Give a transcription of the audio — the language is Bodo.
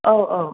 औ औ